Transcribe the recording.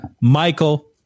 Michael